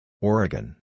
Oregon